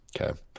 Okay